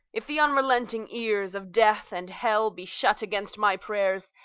if the unrelenting ears of death and hell be shut against my prayers,